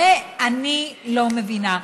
את זה אני לא מבינה.